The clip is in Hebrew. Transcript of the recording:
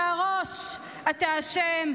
אתה הראש, אתה אשם.